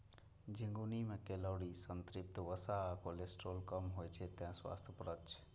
झिंगुनी मे कैलोरी, संतृप्त वसा आ कोलेस्ट्रॉल कम होइ छै, तें स्वास्थ्यप्रद छै